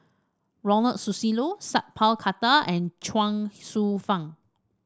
Ronald Susilo Sat Pal Khattar and Chuang Hsueh Fang